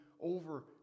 over